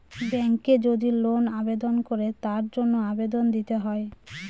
ব্যাঙ্কে যদি লোন আবেদন করে তার জন্য আবেদন দিতে হয়